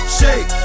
shake